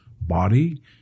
body